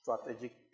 strategic